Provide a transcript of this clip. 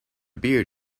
beard